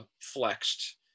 flexed